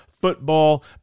football